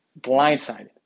blindsided